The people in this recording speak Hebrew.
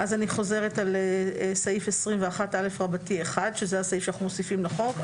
אז אני חוזרת על סעיף 21א1 שזה הסעיף שאנחנו מוסיפים לחוק.